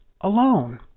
alone